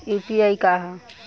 UPI का ह?